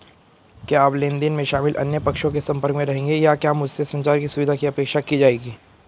क्या आप लेन देन में शामिल अन्य पक्षों के संपर्क में रहेंगे या क्या मुझसे संचार की सुविधा की अपेक्षा की जाएगी?